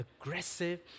aggressive